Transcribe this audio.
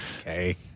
Okay